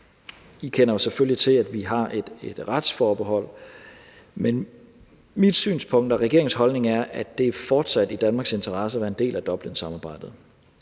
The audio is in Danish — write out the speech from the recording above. I kender selvfølgelig til, at vi har et retsforbehold, men mit synspunkt og regeringens holdning er, at det fortsat er i Danmarks interesse at være en del af Dublinsamarbejdet,